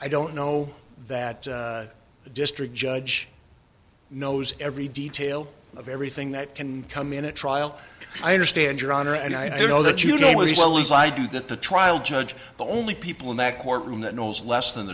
i don't know that the district judge knows every detail of everything that can come in a trial i understand your honor and i do know that you know what he's always i do that the trial judge the only people in that courtroom that knows less than